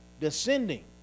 descending